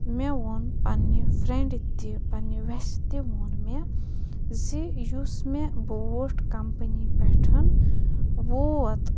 مےٚ ووٚن پنٛنہِ فریٚنٛڈِ تہِ پنٛنہِ وٮ۪سہِ تہِ ووٚن مےٚ زِ یُس مےٚ بوٗٹھ کَمپٔنی پٮ۪ٹھ ووت